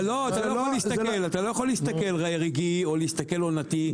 אתה לא יכול להסתכל רגעי או להסתכל עונתי,